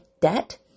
debt